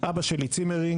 אבא שלי צימרינג,